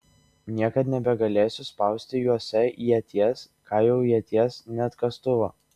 niekad nebegalėsiu spausti juose ieties ką jau ieties net kastuvo